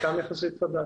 יחסית מכ"ם חדש.